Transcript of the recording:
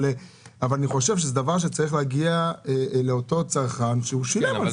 אבל אני חושב שזה דבר שצריך להגיע לאותו צרכן שהוא שילם על זה.